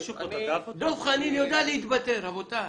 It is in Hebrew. דב חנין יודע להתבטא, רבותי.